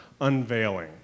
unveiling